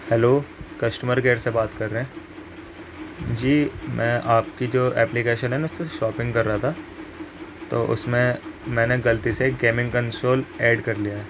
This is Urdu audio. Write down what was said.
ہیلو کسٹمر کیئر سے بات کر رہے ہیں جی میں آپ کی جو ایپلیکیشن ہے نا اس سے شاپنگ کر رہا تھا تو اس میں میں نے غلطی سے گیمنگ کنسول ایڈ کر لیا ہے